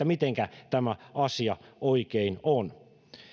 mitenkä tämä asia oikein on